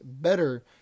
better